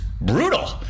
brutal